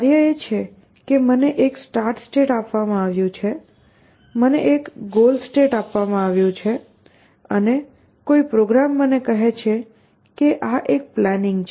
કાર્ય એ છે કે મને એક સ્ટાર્ટ સ્ટેટ આપવામાં આવ્યું છે મને એક ગોલ સ્ટેટ આપવામાં આવ્યું છે અને કોઈ પ્રોગ્રામ મને કહે છે કે આ એક પ્લાનિંગ છે